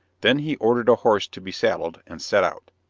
then he ordered a horse to be saddled, and set out.